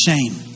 shame